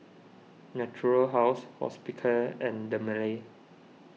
Natura House Hospicare and Dermale